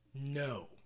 No